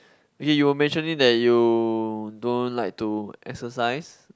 okay you mentioned it that you don't like to exercise